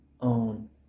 own